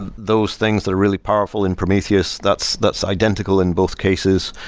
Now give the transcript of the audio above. and those things that are really powerful in prometheus, that's that's identical in both cases.